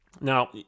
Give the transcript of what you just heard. Now